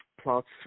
plots